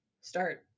start